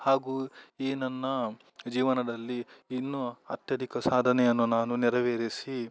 ಹಾಗೂ ಈ ನನ್ನ ಜೀವನದಲ್ಲಿ ಇನ್ನು ಅತ್ಯಧಿಕ ಸಾಧನೆಯನ್ನು ನಾನು ನೆರವೇರಿಸಿ